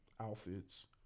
outfits